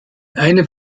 einem